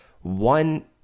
one